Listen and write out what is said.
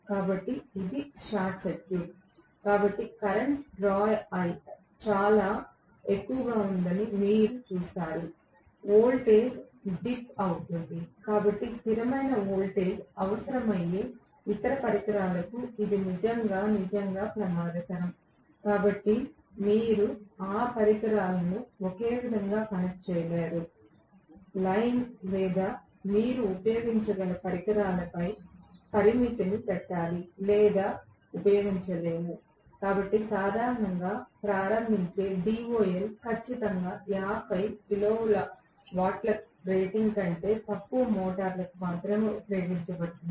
కాబట్టి ఇది short circuit కాబట్టి కరెంట్ డ్రా చాలా ఎక్కువగా ఉందని మీరు చూస్తారు వోల్టేజ్ డిప్ అవుతుంది కాబట్టి స్థిరమైన వోల్టేజ్ అవసరమయ్యే ఇతర పరికరాలకు ఇది నిజంగా నిజంగా ప్రమాదకరం కాబట్టి మీరు ఆ పరికరాలను ఒకే విధంగా కనెక్ట్ చేయలేరు లైన్ లేదా మీరు ఉపయోగించగల పరికరాలపై పరిమితి పెట్టాలి లేదా ఉపయోగించలేము కాబట్టి సాధారణంగా ప్రారంభించే DOL ఖచ్చితంగా 50 కిలోవాట్ల రేటింగ్ కంటే తక్కువ మోటారులకు మాత్రమే ఉపయోగించబడుతుంది